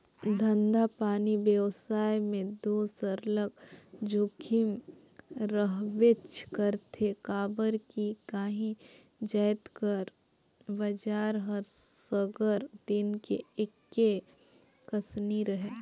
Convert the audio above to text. धंधापानी बेवसाय में दो सरलग जोखिम रहबेच करथे काबर कि काही जाएत कर बजार हर सगर दिन एके कस नी रहें